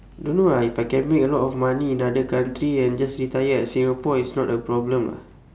don't know ah if I can make a lot of money in another country and just retire at singapore it's not a problem ah